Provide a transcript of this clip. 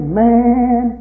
man